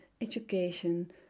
education